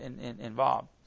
involved